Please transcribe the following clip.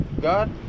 God